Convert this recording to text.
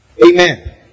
Amen